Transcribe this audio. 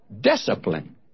discipline